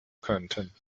könnten